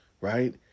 Right